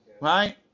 right